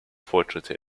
fortschritte